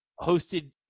hosted